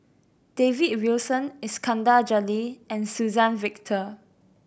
David Wilson Iskandar Jalil and Suzann Victor